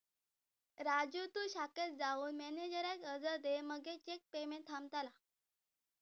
राजू तु शाखेत जाऊन मॅनेजराक अर्ज दे मगे चेक पेमेंट थांबतला